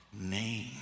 name